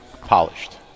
polished